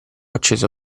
accesso